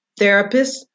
therapists